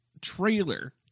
trailer